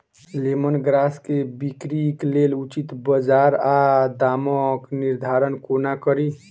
Lemon grass केँ बिक्रीक लेल उचित बजार आ दामक निर्धारण कोना कड़ी?